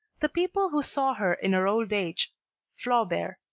the people who saw her in her old age flaubert,